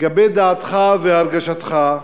לגבי דעתך והרגשתך,